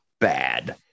bad